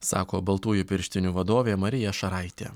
sako baltųjų pirštinių vadovė marija šaraitė